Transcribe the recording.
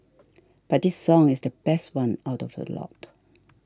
but this song is the best one out of the lot